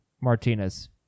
Martinez